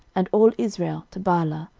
and all israel, to baalah,